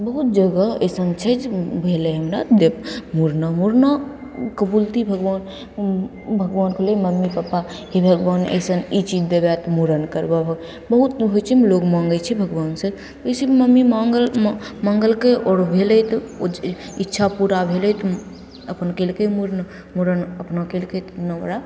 बहुत जगह अइसन छै जे भेलै हमरा दे मुड़ना मुड़ना ओ कबुलती भगवान भगवानके होलै मम्मी पप्पा हे भगवान अइसन ई चीज देबै तऽ मूड़न करबैबऽ बहुत होइ छै लोक माँगै छै भगवानसे जइसे मम्मी माँगल माँगलकै आओर भेलै तऽ ओ चीज इच्छा पूरा भेलै तऽ अपन कएलकै मुड़ना मूड़न अपना कएलकै तऽ अपना ओकरा